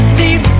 deep